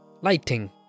Lighting